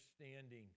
understanding